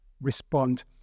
respond